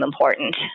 important